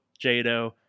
Jado